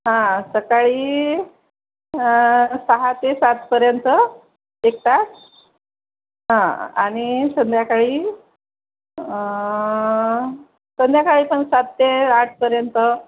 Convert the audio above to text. हा सकाळी सहा ते सातपर्यंत एक तास हा आणि संध्याकाळी संध्याकाळी पण सात ते आठपर्यंत